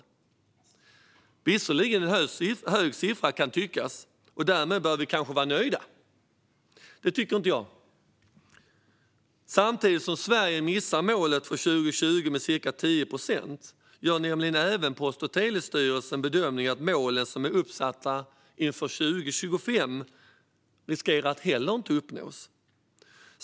Det kan visserligen tyckas vara en hög siffra. Bör vi kanske vara nöjda med det? Det tycker inte jag. Samtidigt som Sverige missar målet för 2020 med ca 10 procent gör nämligen Post och telestyrelsen bedömningen att det finns en risk att inte heller de mål som är uppsatta inför 2025 kommer att uppnås.